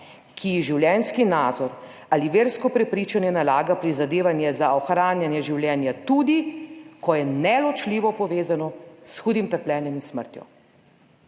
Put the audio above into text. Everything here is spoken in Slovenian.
ki ji življenjski nazor ali versko prepričanje nalaga prizadevanje za ohranjanje življenja tudi ko je neločljivo povezano s hudim trpljenjem in smrtjo.